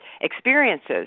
experiences